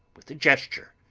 with a gesture,